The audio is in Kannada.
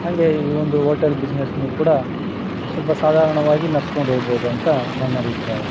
ಹಂಗೇ ಈ ಒಂದು ಓಟೆಲ್ ಬಿಸ್ನೆಸ್ನು ಕೂಡ ಸ್ವಲ್ಪ ಸಾಧಾರ್ಣವಾಗಿ ನಡೆಸ್ಕೊಂಡ್ ಹೋಗ್ಬೌದು ಅಂತ ನನ್ನ ಅಭಿಪ್ರಾಯ